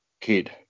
kid